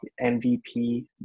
MVP